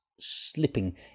slipping